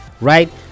Right